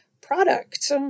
product